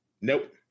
Nope